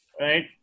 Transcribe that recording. Right